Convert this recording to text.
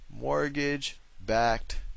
Mortgage-backed